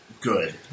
good